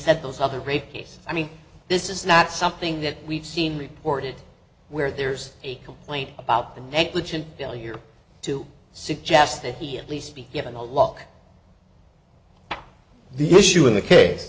said those other rape case i mean this is not something that we've seen reported where there's a complaint about the negligent failure to suggest that he at least be given a lock on the issue in the case